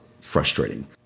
frustrating